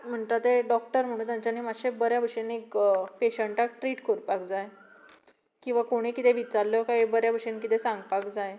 म्हणटा ते डॉक्टर म्हणू तांच्यानी मातशें बऱ्या भाशेन एक पेशंटाक ट्रिट करपाक जाय की बाबा कोणी कितें विचारल्लें काय बऱ्या भाशेन किदें सांगपाक जाय